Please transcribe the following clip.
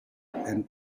and